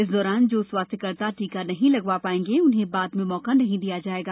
इस दौरान जो स्वास्थ्यकर्मी टीका नहीं लगवा पाएंगेए उन्हें बाद में मौका नहीं दिया जाएगा